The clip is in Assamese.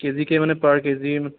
কেজিকে মানে পাৰ কেজি